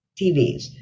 TVs